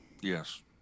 Yes